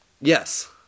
Yes